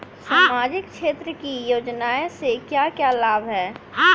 सामाजिक क्षेत्र की योजनाएं से क्या क्या लाभ है?